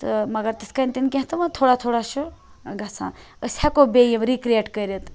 تہٕ مگر تِتھ کنۍ تِنہِ کینٛہہ وۄنۍ تھوڑا تھوڑا چھُ گَژھان أسۍ ہیٚکو بیٚیہِ رِکریٹ کٔرِتھ